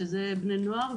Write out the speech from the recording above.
שזה בני נוער,